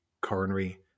coronary